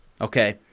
Okay